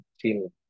feel